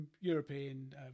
European